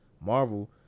Marvel